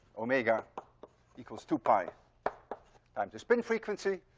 omega equals two pi times the spin frequency.